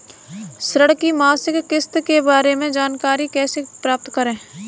ऋण की मासिक किस्त के बारे में जानकारी कैसे प्राप्त करें?